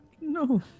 No